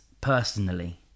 personally